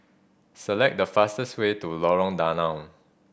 select the fastest way to Lorong Danau